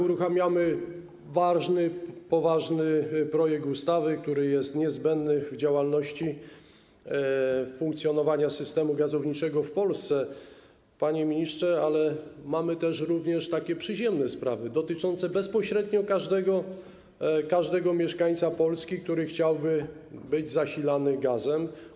Uruchamiamy ważny, poważny projekt ustawy, który jest niezbędny dla działalności, funkcjonowania systemu gazowniczego w Polsce, panie ministrze, ale mamy również takie przyziemne sprawy dotyczące bezpośrednio każdego mieszkańca Polski, który chciałby mieć zasilanie gazem.